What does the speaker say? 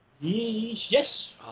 Yes